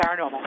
paranormal